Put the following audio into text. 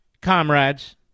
comrades